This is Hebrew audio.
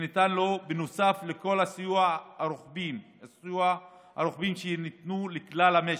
שניתן לו נוסף על כל הסיוע הרוחבי שניתן לכלל המשק.